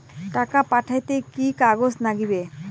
টাকা পাঠাইতে কি কাগজ নাগীবে?